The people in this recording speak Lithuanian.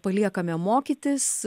paliekame mokytis